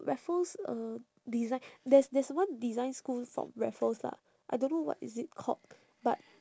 raffles uh design there's there's one design school from raffles lah I don't know what is it called but